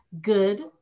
good